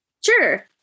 Sure